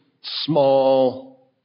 small